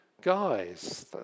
guys